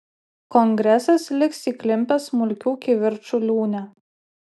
kongresas liks įklimpęs smulkių kivirčų liūne